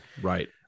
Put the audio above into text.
Right